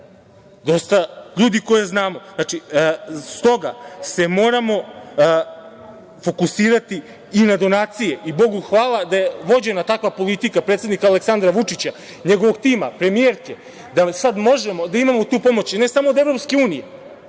dosta ljudi koje znamo. Znači, stoga se moramo fokusirati i na donacije. Bogu hvala da je vođena takva politika predsednika Aleksandra Vučića, njegovog tima, premijerke, da sad možemo da imamo tu pomoć, i ne samo od Evropske unije,